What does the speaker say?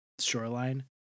Shoreline